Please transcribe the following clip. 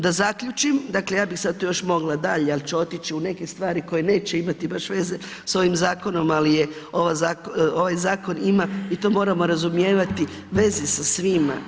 Da zaključim, dakle ja bih sad još mogla dalje ali ću otići u neke stvari koje neće imati baš veze s ovim zakonom ali je ovaj zakon ima i to moramo razumijevati, veze sa svima.